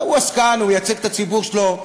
הוא עסקן, הוא מייצג את הציבור שלו.